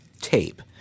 tape